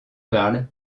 parle